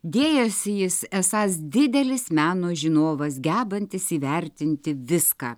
dėjosi jis esąs didelis meno žinovas gebantis įvertinti viską